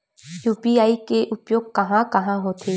UPI के उपयोग कहां कहा होथे?